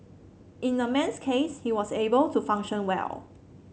in the man's case he was able to function well